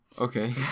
Okay